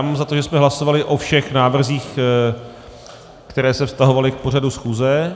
Mám za to, že jsme hlasovali o všech návrzích, které se vztahovaly k pořadu schůze.